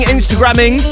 Instagramming